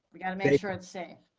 we got to make sure it's safe.